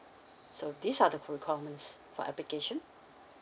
so these are the qu~ requirements for application